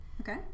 Okay